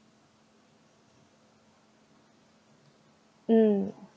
mm